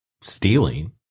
stealing